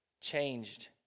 changed